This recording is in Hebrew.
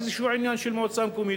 איזה עניין של מועצה מקומית,